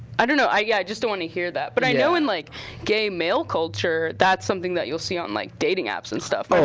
i don't know. i yeah just don't wanna hear that. but i know in like gay male culture, that's something that you'll see on like dating apps and stuff.